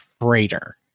freighter